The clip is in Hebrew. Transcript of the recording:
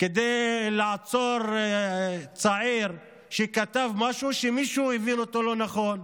כדי לעצור צעיר שכתב משהו שמישהו הבין אותו לא נכון.